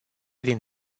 din